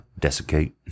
desiccate